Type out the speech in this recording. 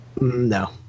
No